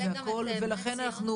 זה אומר שאין ודאות.